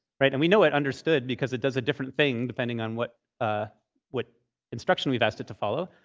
right? and we know it understood, because it does a different thing, depending on what ah what instruction we've asked it to follow.